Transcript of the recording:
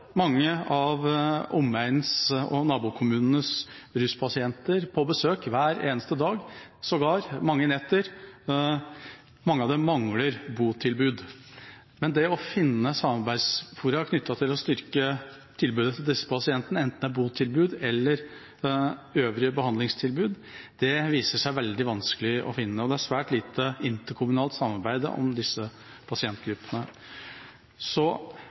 mange av omegnens og nabokommunenes ruspasienter på besøk hver eneste dag, sågar mange netter. Mange av dem mangler botilbud. Men det å finne samarbeidsfora knyttet til å styrke tilbudet til disse pasientene, enten det er botilbud eller øvrige behandlingstilbud, viser seg veldig vanskelig, og det er svært lite interkommunalt samarbeid om disse pasientgruppene. Så,